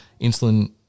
insulin